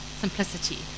simplicity